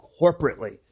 corporately